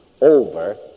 over